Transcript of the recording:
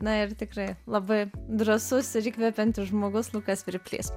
na ir tikrai labai drąsus ir įkvepiantis žmogus lukas svirplys